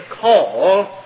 call